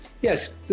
yes